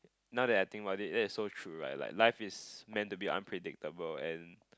now that I think about it that is so true right like like life is meant to be unpredictable and